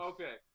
Okay